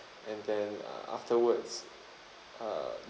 and then uh afterwards uh